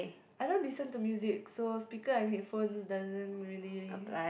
I don't listen to music so speaker and headphones doesn't really